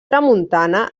tramuntana